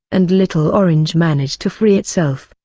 and little orange managed to free itself.